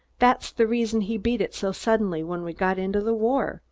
that's the reason he beat it so suddenly when we got into the war.